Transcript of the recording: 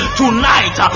tonight